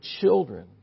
children